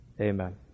Amen